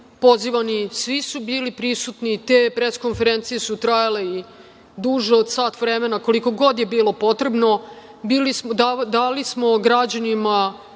pozivani, svi su bili prisutni, te pres konferencije su trajale i duže od sat vremena koliko god je bilo potrebno, dali smo građanima